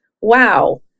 wow